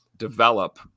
develop